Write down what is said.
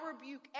rebuke